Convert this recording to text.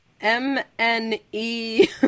M-N-E